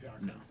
no